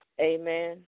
Amen